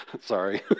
Sorry